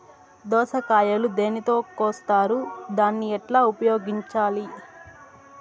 దోస కాయలు దేనితో కోస్తారు దాన్ని ఎట్లా ఉపయోగించాలి?